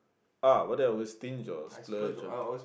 ah whether I would stinge or splurge ah